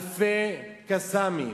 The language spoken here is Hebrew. אלפי "קסאמים",